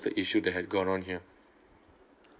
the issue that has gone on here